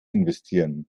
investieren